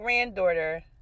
granddaughter